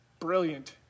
brilliant